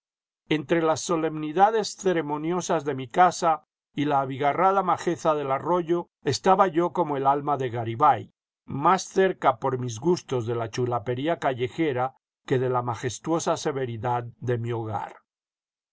entre las solemnidades ceremoniosas de mi casa y la abigarrada majeza del arroyo estaba yo como el alma de garibay más cérea por mis gustos de la chulapería callejera que de la majestuosa severidad de mi hogar